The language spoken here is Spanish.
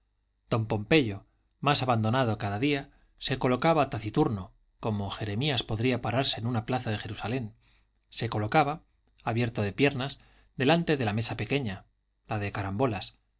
don pompeyo más abandonado cada día se colocaba taciturno como jeremías podría pararse en una plaza de jerusalem se colocaba abierto de piernas delante de la mesa pequeña la de carambolas